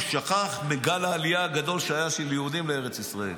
הוא שכח מגל העלייה הגדול של יהודים שהיה לארץ ישראל.